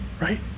right